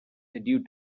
due